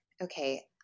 Okay